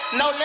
no